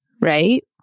right